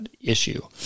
issue